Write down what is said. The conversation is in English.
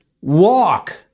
walk